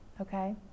okay